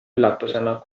üllatusena